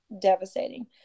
devastating